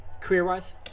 career-wise